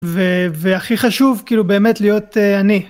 והכי חשוב כאילו באמת להיות אני.